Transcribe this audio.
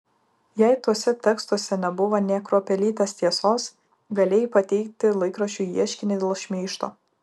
jei tuose tekstuose nebuvo nė kruopelytės tiesos galėjai pateikti laikraščiui ieškinį dėl šmeižto